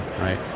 right